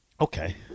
Okay